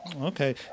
Okay